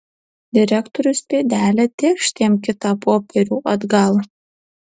direktorius pėdelė tėkšt jam kitą popierių atgal